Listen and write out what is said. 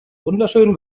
wunderschön